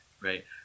right